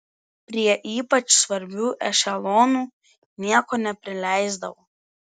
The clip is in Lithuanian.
prie ypač svarbių ešelonų nieko neprileisdavo